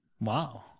Wow